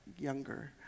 younger